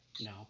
no